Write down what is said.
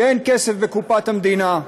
שאין כסף בקופת המדינה.